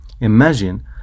Imagine